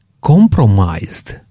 compromised